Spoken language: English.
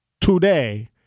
today